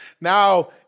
now